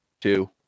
two